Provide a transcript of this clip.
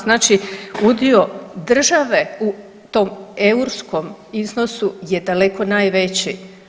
Znači udio države u tom eurskom iznosu je daleko najveći.